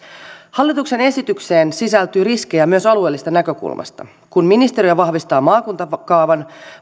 hallituksen esitykseen sisältyy riskejä myös alueellisesta näkökulmasta kun ministeriö vahvistaa maakuntakaavan